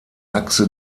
achse